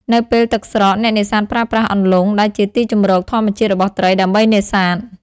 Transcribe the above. នៅពេលទឹកស្រក អ្នកនេសាទប្រើប្រាស់ អន្លង់ ដែលជាទីជម្រកធម្មជាតិរបស់ត្រី ដើម្បីនេសាទ។